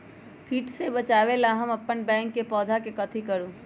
किट से बचावला हम अपन बैंगन के पौधा के कथी करू?